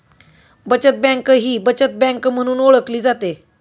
बचत बँक ही बचत बँक म्हणून ओळखली जाते